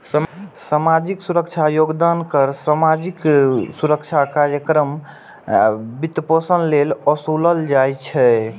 सामाजिक सुरक्षा योगदान कर सामाजिक सुरक्षा कार्यक्रमक वित्तपोषण लेल ओसूलल जाइ छै